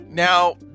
Now